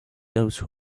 those